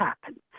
happen